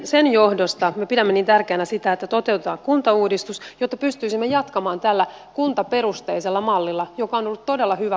sen johdosta me pidämme niin tärkeänä sitä että toteutetaan kuntauudistus jotta pystyisimme jatkamaan tällä kuntaperusteisella mallilla joka on ollut todella hyvä malli suomessa